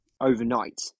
Overnight